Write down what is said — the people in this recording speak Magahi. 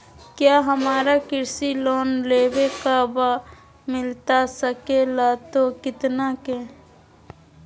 क्या हमारा कृषि लोन लेवे का बा मिलता सके ला तो कितना के?